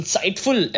insightful